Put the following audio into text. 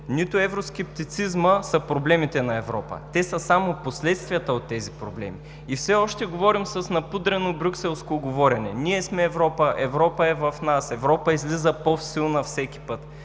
нито евроскептицизмът са проблемите на Европа. Те са само последствията от тези проблеми. И все още говорим с напудрено брюкселско говорене: ние сме Европа, Европа е в нас, Европа излиза по-силна всеки път!